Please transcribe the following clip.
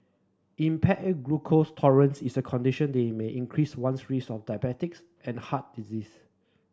impaired glucose tolerance is a condition that may increase one's risk of diabetes and heart disease